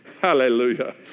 Hallelujah